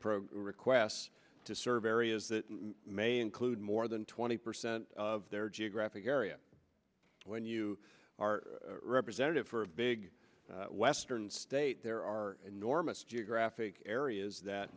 program requests to serve areas that may include more than twenty percent of their geographic area when you are representative for a big western state there are enormous geographic areas that